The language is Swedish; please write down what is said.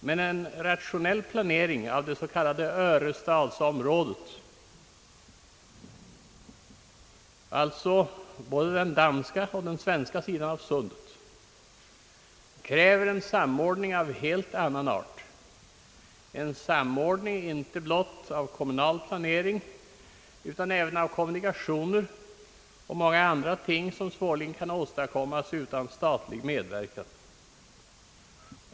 Men en rationell planering av det s.k. Örestads-området, alltså både den danska och den svenska sidan av Sundet, kräver en samordning av helt annan art, en samordning inte blott av kommunala planeringar utan även av kommunikationer och många andra ting som svårli gen kan åstadkommas utan statlig medverkan.